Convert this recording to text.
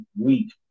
week